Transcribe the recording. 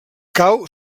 cau